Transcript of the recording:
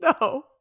No